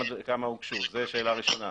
זו שאלה ראשונה.